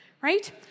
right